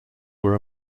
were